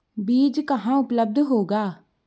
बीज कहाँ उपलब्ध होगा?